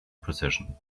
position